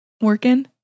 working